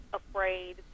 afraid